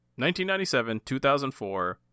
1997-2004